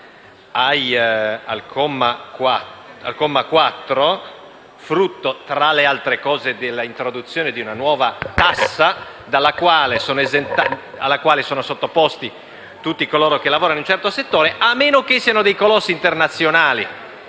al comma 4, frutto, tra le altre, dell'introduzione di una nuova tassa, alla quale sono sottoposti tutti coloro che lavorano in un certo settore, a meno che siano dei colossi internazionali